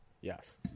Yes